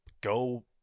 go